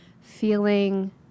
feeling